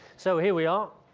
so here we are,